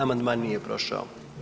Amandman nije prošao.